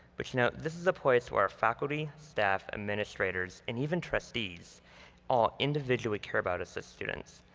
but to note, this is a place where our faculty, staff, administrators, and even trustees all individually care about us as students.